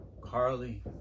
Carly